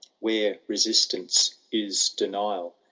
where resistance is denial.